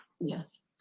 Yes